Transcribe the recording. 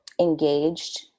engaged